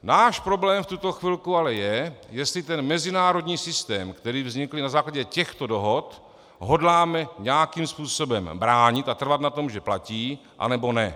Náš problém v tuto chvilku ale je, jestli ten mezinárodní systém, který vznikl na základě těchto dohod, hodláme nějakým způsobem bránit a trvat na tom, že platí, anebo ne.